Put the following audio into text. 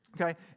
Okay